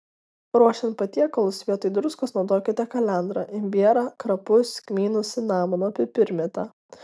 ruošiant patiekalus vietoj druskos naudokite kalendrą imbierą krapus kmynus cinamoną pipirmėtę